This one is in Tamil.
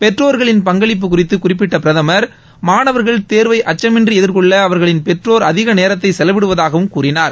பெற்றோர்களின் பங்களிப்பு குறித்து குறிப்பிட்ட பிரதமர் மாணவர்கள் தேர்வை அச்சமின்றி எதிர்கொள்ள அவர்களின் பெற்றோர் அதிக நேரத்தை செலவிடுவதாகவும் கூறினார்